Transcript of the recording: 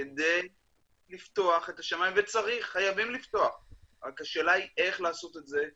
לוקחים בדיוק את המתווה שקורה במדינות אחרות באירופה,